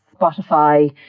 Spotify